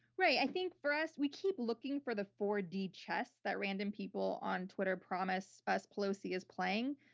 right. i think for us, we keep looking for the four d chess that random people on twitter promise us pelosi is playing.